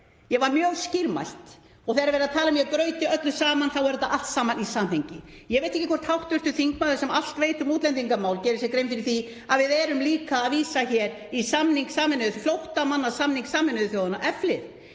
Ég var mjög skýrmælt og þegar verið er að tala um að ég grauti öllu saman þá er þetta allt saman í samhengi. Ég veit ekki hvort hv. þingmaður, sem allt veit um útlendingamál, geri sér grein fyrir því að við erum líka að vísa hér í flóttamannasamning Sameinuðu þjóðanna, f-lið.